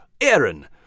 Aaron